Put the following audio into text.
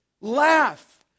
Laugh